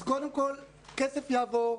אז קודם כול שכסף יעבור.